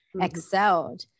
excelled